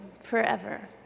forever